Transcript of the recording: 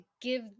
give